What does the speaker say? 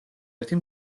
ერთი